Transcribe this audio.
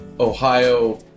Ohio